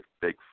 Big